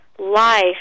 life